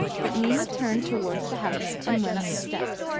but nina turned towards the house and went up the steps,